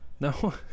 No